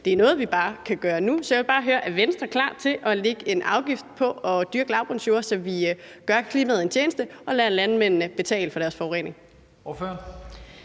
det er noget, vi kan gøre nu, så jeg vil bare høre: Er Venstre klar til at lægge en afgift på at dyrke lavbundsjorder, så vi gør klimaet en tjeneste, og lade landmændene betale for deres forurening?